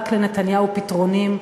רק לנתניהו פתרונים.